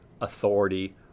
authority